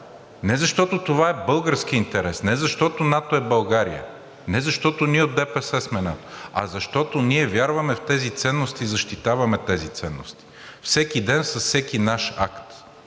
не защото това е българският интерес, не защото НАТО е България, не защото ние от ДПС сме НАТО, а защото ние вярваме в тези ценности и защитаваме тези ценности всеки ден, с всеки наш акт.